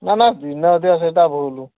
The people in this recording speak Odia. ନାଁ ନାଁ ଦିନେ ଅଧିକା ସେଇଟା ଭୁଲ୍